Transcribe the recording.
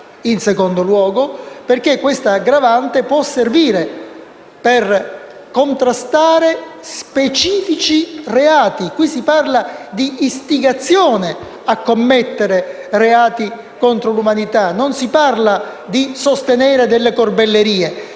In secondo luogo, perché tale aggravante può servire per contrastare specifici reati. Qui si parla di istigazione a commettere reati contro l'umanità, non si parla di sostenere delle corbellerie.